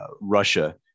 russia